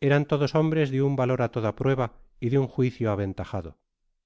eran todos hombres de un valor á toda prueba y de un juicio aveotajado